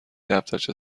دفترچه